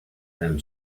them